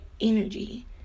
energy